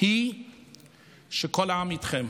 היא שכל העם איתכן.